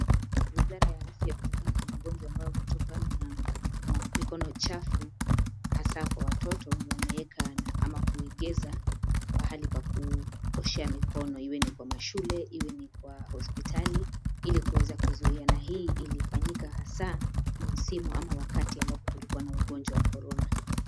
Wizara ya afya kutokana na magonjwa ambayo hutokana na mikono chafu hasa kwa watoto, wameweka au kuegeza pahali pa kuoshea mikono, iwe ni kwa mashule, iwe ni kwa hospitali, ili kuweza kuzuia na hii ilifanyika hasa msimu ama wakati kulikuwa na ugonjwa wa Corona